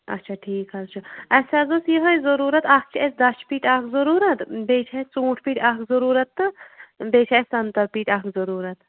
اچھا ٹھیٖک حظ چھُ اسہِ حظ اوس یِہَے ضروٗرَت اَکھ چھِ اسہِ دَچھ پیٖٹۍ اَکھ ضروٗرت بیٚیہِ چھِ اسہِ ژوٗنٛٹھۍ پیٖٹۍ اَکھ ضروٗرت تہٕ بیٚیہِ چھ اسہِ سَنٛگتر پیٖٹۍ اَکھ ضروٗرت